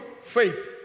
faith